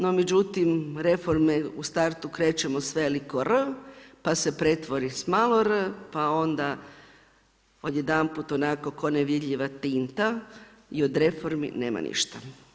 No međutim, reforme u startu krećemo s veliko R, pa se pretvori s malo r, pa onda odjedanput onako ko nevidljiva tinta i od reformi nema ništa.